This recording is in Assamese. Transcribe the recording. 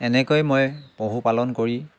এনেকৈ মই পশুপালন কৰি